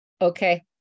Okay